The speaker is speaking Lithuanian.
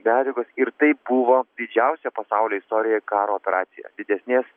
medžiagos ir tai buvo didžiausia pasaulio istorijoje karo operacija didesnės